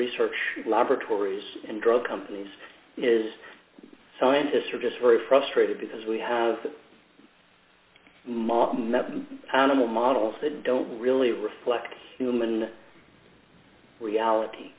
research laboratories and drug companies as scientists are just very frustrated because we have model panel models that don't really reflect human reality